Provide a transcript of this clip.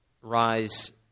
rise